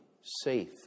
safe